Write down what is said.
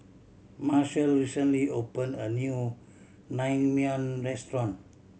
Marshal recently opened a new Naengmyeon Restaurant